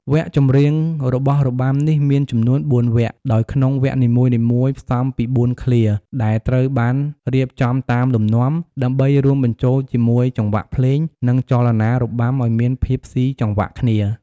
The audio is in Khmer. វគ្គចម្រៀងរបស់របាំនេះមានចំនួន ៤ វគ្គ ដោយក្នុងវគ្គនីមួយៗផ្សំពី ៤ ឃ្លា ដែលត្រូវបានរៀបចំតាមលំនាំ ដើម្បីរួមបញ្ចូលជាមួយចង្វាក់ភ្លេង និងចលនារបាំឲ្យមានភាពស៊ីចង្វាក់គ្នា។